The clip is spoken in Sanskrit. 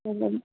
एवं